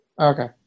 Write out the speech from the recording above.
Okay